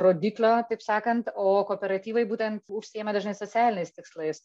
rodiklio taip sakant o kooperatyvai būtent užsiėma dažnai socialiniais tikslais